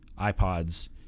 iPods